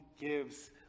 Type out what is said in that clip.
gives